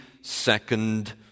second